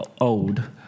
old